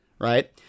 Right